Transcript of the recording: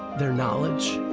btheir knowledge.